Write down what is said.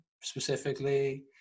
specifically